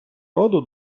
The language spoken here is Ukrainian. роду